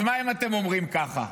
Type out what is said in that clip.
אז מה אם אתם אומרים ככה?